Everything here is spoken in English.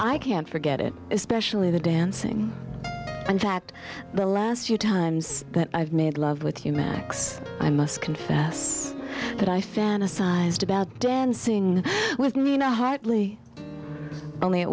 i can't forget it especially the dancing in fact the last few times that i've made love with you max i must confess that i fantasized about dancing with nina hartley only it